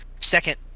second